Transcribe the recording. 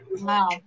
Wow